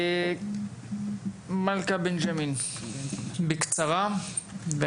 חיים, בבקשה.